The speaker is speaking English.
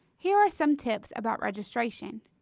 here are some tips about registration.